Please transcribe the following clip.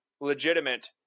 legitimate